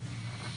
נכון.